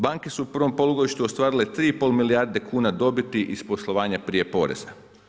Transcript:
Banke su u prvom polugodištu ostvarile 3,5 milijarde dobiti iz poslovanja prije poreza.